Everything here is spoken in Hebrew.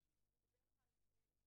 כרבע מהם היו נשים,